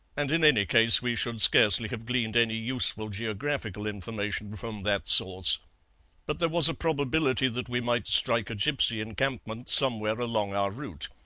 and in any case we should scarcely have gleaned any useful geographical information from that source but there was a probability that we might strike a gipsy encampment somewhere along our route.